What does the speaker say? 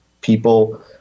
people